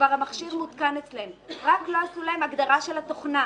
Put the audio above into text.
כבר המכשיר מותקן אצלם אלא לא עשו להם הגדרה של התוכנה.